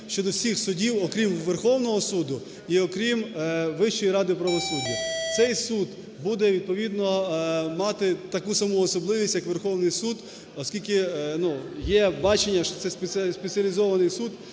щодо всіх судів, окрім Верховного Суду і окрім Вищої ради правосуддя. Цей суд буде відповідно мати таку саму особливість, як Верховний Суд, оскільки є бачення, що це спеціалізований суд,